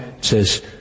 says